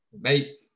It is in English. mate